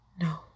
No